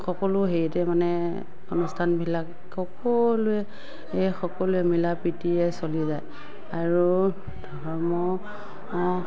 সকলো হেৰিতে মানে অনুষ্ঠানবিলাক সকলোৱে এ সকলোৱে মিলাপ্ৰীতিৰে চলি যায় আৰু ধৰ্ম